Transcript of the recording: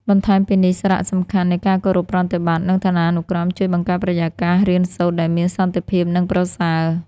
បន្ថែមពីនេះសារសំខាន់នៃការគោរពប្រតិបត្តិ និងឋានានុក្រមជួយបង្កើតបរិយាកាសរៀនសូត្រដែលមានសន្តិភាព និងប្រសើរ។